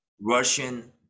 Russian